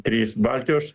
trys baltijos